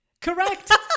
Correct